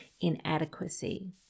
inadequacy